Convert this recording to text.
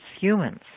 humans